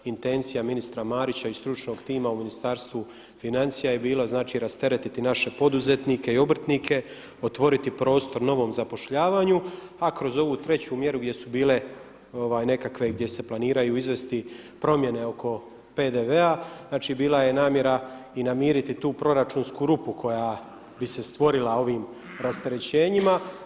Intencija ministra Marića i stručnog tima u Ministarstvu financija je bila znači rasteretiti naše poduzetnike i obrtnike, otvoriti prostor novom zapošljavanju a kroz ovu treću mjeru gdje su bile nekakve, gdje se planiraju izvesti promjene oko PDV-a znači bila je namjera i namiriti tu proračunsku rupu koja bi se stvorila ovim rasterećenjima.